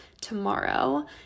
tomorrow